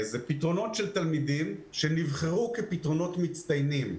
אלה פתרונות של תלמידים שנבחרו כפתרונות מצטיינים.